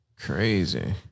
Crazy